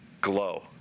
glow